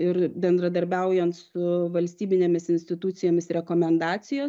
ir bendradarbiaujant su valstybinėmis institucijomis rekomendacijos